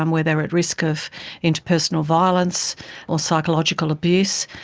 um where they are at risk of interpersonal violence or psychological abuse,